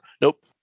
Nope